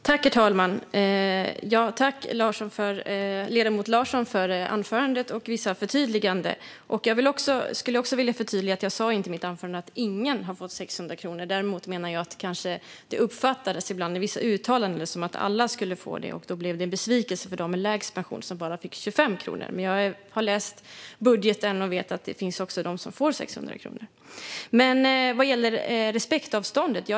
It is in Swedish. Herr talman! Jag tackar ledamoten Larsson för anförandet och vissa förtydliganden. Jag skulle vilja förtydliga att jag i mitt anförande inte sa att ingen har fått 600 kronor. Däremot menar jag att vissa uttalanden ibland har uppfattats så som att alla ska få 600 kronor, och det blev då en besvikelse för dem med lägst pension som bara fick 25 kronor. Jag har läst budgeten, och jag vet att det finns de som får 600 kronor. Sedan var det frågan om respektavståndet.